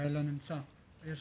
רוצה לחזור על